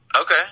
Okay